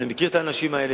אני מכיר את האנשים האלה,